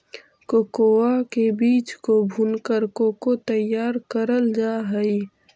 cocoa के बीज को भूनकर कोको तैयार करल जा हई